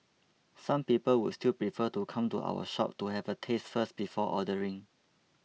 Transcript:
some people would still prefer to come to our shop to have a taste first before ordering